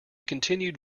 continued